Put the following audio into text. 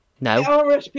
No